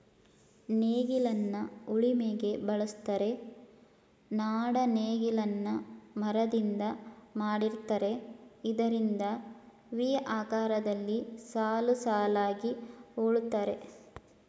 ನೇಗಿಲನ್ನ ಉಳಿಮೆಗೆ ಬಳುಸ್ತರೆ, ನಾಡ ನೇಗಿಲನ್ನ ಮರದಿಂದ ಮಾಡಿರ್ತರೆ ಇದರಿಂದ ವಿ ಆಕಾರದಲ್ಲಿ ಸಾಲುಸಾಲಾಗಿ ಉಳುತ್ತರೆ